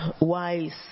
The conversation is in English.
wise